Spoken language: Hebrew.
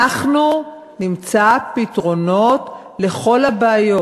אנחנו נמצא פתרונות לכל הבעיות.